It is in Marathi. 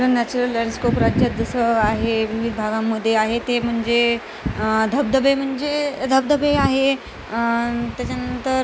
नॅचरल लँडस्कोप राज्यात जसं आहे विविध विभागामध्ये आहे ते म्हणजे धबधबे म्हणजे धबधबे आहे त्याच्यानंतर